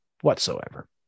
whatsoever